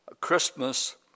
Christmas